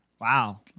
Wow